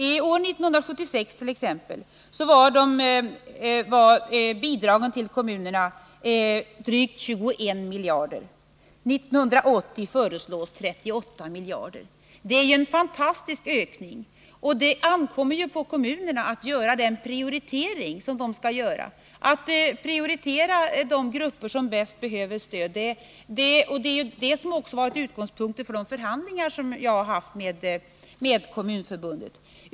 1976 uppgick bidraget till kommunerna till drygt 21 miljarder kronor. 1980 föreslås 38 miljarder kronor. Det är en fantastisk ökning, och det ankommer på kommunerna att prioritera de grupper som bäst behöver stöd. Det har också varit utgångspunkten för de förhandlingar som jag har fört med Kommunförbundet.